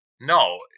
no